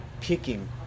picking